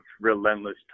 relentless